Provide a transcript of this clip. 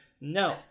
No